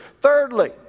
Thirdly